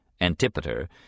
Antipater